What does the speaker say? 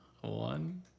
one